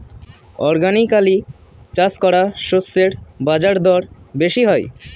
organically চাষ করা শস্যের বাজারদর বেশি হয়